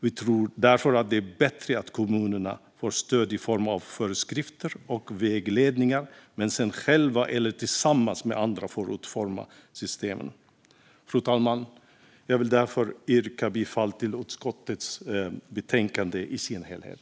Vi tror därför det är bättre att kommunerna får stöd i form av föreskrifter och vägledningar men sedan själva eller tillsammans med andra får utforma systemen. Fru talman! Jag vill därför yrka bifall till utskottets förslag i betänkandet i dess helhet.